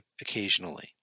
occasionally